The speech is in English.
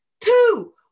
two